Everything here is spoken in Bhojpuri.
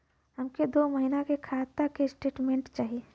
हमके दो महीना के खाता के स्टेटमेंट चाही?